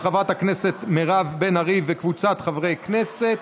של חברת הכנסת מירב בן ארי וקבוצת חברי הכנסת.